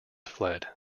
fled